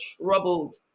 troubled